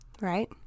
right